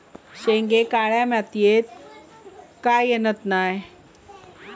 शेंगे काळ्या मातीयेत का येत नाय?